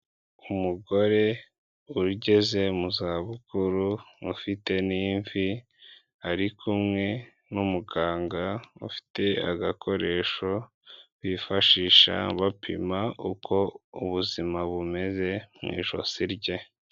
Umugore ugeze mu za bukuru ufite n'imvi, ari kumwe numuganga ufite agakoresho bifashisha bapima uko ubuzima bumeze mu ijosi rye.